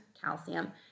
calcium